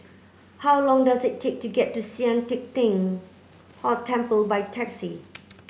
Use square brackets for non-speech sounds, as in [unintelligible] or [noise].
how long does it take to get to Sian Teck Tng [unintelligible] Temple by taxi